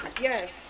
Yes